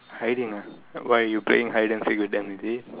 hiding ah why you playing hide and seek with them is it